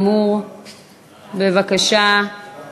(תיקון מס' 48). חוק מבקר המדינה (תיקון